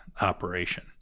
operation